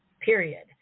period